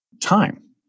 time